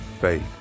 faith